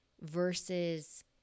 versus